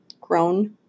grown